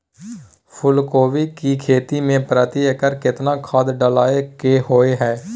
फूलकोबी की खेती मे प्रति एकर केतना खाद डालय के होय हय?